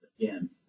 again